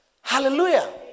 Hallelujah